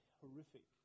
horrific